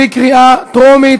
בקריאה טרומית,